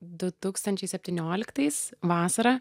du tūkstančiai septynioliktais vasarą